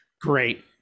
Great